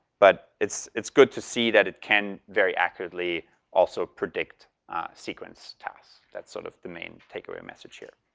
but it's it's good to see that it can very accurately also predict sequence tasks. that's sort of the main take away message here.